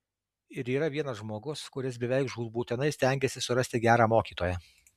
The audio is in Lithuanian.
ir yra vienas žmogus kuris beveik žūtbūtinai stengiasi surasti gerą mokytoją